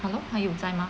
hello 还有在吗